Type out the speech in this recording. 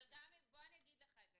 אבל בוא אני אגיד לך את זה,